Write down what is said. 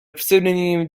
pseudonym